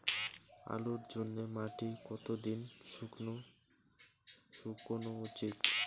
আলুর জন্যে মাটি কতো দিন শুকনো উচিৎ?